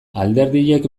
alderdiek